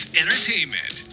entertainment